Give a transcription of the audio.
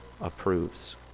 approves